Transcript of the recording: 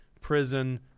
prison